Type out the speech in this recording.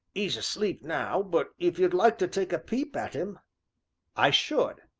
e's asleep now, but if you'd like to take a peep at im i should,